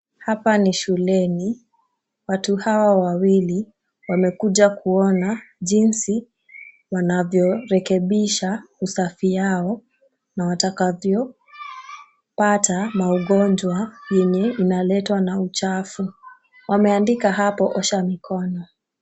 Hapa ni shuleni. Watu hawa wawili wamekuja kuona jinsi wanavyorekebisha usafi yao na watakavyo pata maugonjwa yenye inaletwa na uchafu. Wameandika hapo osha mikono.